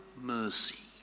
mercy